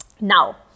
Now